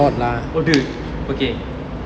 oh dude